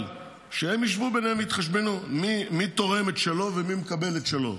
שהם ישבו ביניהם ויתחשבנו מי תורם את שלו ומי מקבל את שלו.